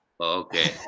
okay